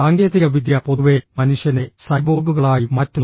സാങ്കേതികവിദ്യ പൊതുവെ മനുഷ്യനെ സൈബോർഗുകളായി മാറ്റുന്നു